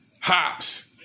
hops